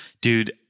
Dude